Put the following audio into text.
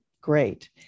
great